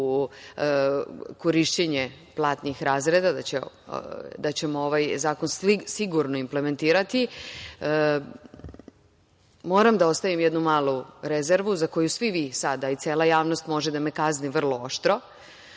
u korišćenje platnih razreda, da ćemo ovaj zakon sigurno implementirati. Moram da ostavim jednu malu rezervu, za koju svi vi sada i cela javnost može da me kazni vrlo oštro,